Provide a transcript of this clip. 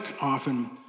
often